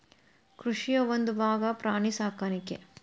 ಕೃಷಿಯ ಒಂದುಭಾಗಾ ಪ್ರಾಣಿ ಸಾಕಾಣಿಕೆ